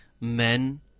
men